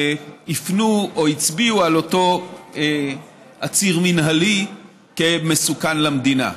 שהפנו או הצביעו על אותו עציר מינהלי כמסוכן למדינה.